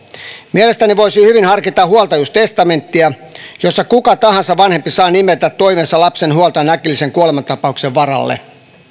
mielestäni voisi hyvin harkita huoltajuustestamenttia jossa kuka tahansa vanhempi saa nimetä toiveensa lapsensa huoltajasta äkillisen kuolemantapauksen varalle